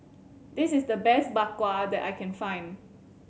this is the best Bak Kwa that I can find